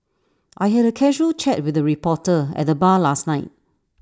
I had A casual chat with the reporter at the bar last night